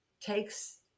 takes